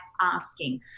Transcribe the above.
asking